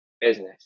business